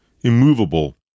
immovable